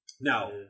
Now